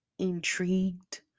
intrigued